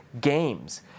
games